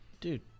Dude